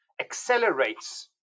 accelerates